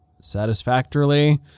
satisfactorily